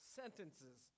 sentences